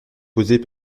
posées